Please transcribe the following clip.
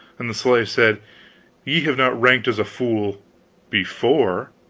and the slave said ye have not ranked as a fool before.